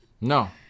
No